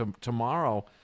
tomorrow